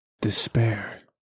Despair